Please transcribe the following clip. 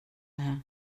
her